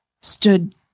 stood